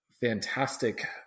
fantastic